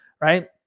right